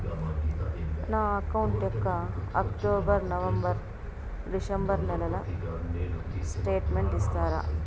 నా అకౌంట్ యొక్క October, November, December నెలల స్టేట్మెంట్ ఇస్తారా?